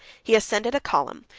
he ascended a column,